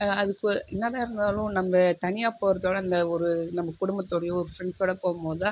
அதுக்கு என்னதான் இருந்தாலும் நம்ப தனியாக போறத விட அந்த ஒரு நம்ப குடும்பத்தோடையோ ஒருஃப்ரெண்ட்ஸோட போகும்போது தான்